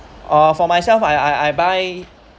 or for myself I I I buy